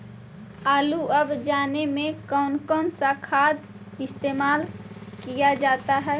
आलू अब जाने में कौन कौन सा खाद इस्तेमाल क्या जाता है?